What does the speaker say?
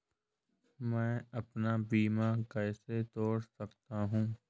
मैं अपना बीमा कैसे तोड़ सकता हूँ?